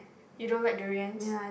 you don't like durians